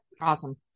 awesome